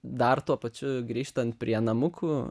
dar tuo pačiu grįžtant prie namukų